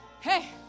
Hey